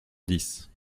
dix